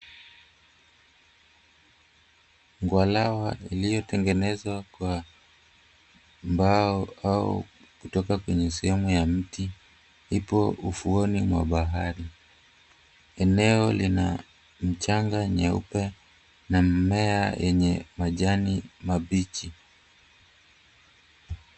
Bwalawa iliyotengenezwa kwa mbao au kutoka kwenye sehemu ya mti ipo ufuoni mwa bahari. Eneo lina mchanga nyeupe na mimea yenye majani mabichi.